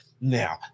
Now